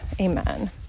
Amen